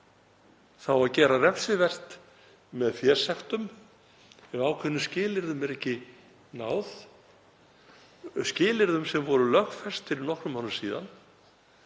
á að gera refsivert með fésektum ef ákveðnum skilyrðum er ekki náð, skilyrðum sem voru lögfest fyrir nokkrum árum síðan.